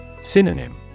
Synonym